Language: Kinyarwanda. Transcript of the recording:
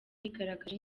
yigaragaje